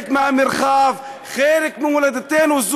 צה"ל, אנחנו כמובן מאוד אוהבים אותו.